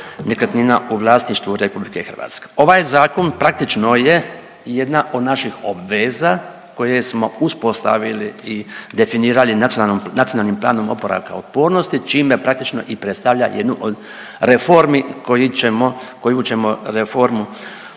nekretnina u vlasništvu RH. Ovaj zakon praktično je jedna od naših obveza koje smo uspostavili i definirali Nacionalnim planom oporavka i otpornosti čime praktično i predstavlja jednu od reformi koji ćemo,